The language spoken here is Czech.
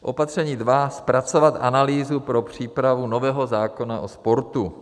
Opatření dva zpracovat analýzu pro přípravu nového zákona o sportu.